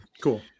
Cool